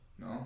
No